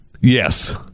Yes